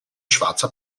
schwarzer